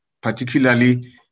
particularly